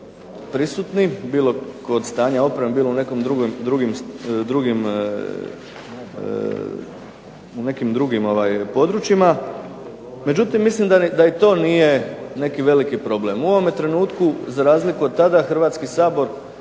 prisutni, bilo kod stanja obrane bilo u drugim područjima. Međutim, mislim da ni to nije neki veliki problem. U ovome trenutku za razliku od tada Hrvatski sabor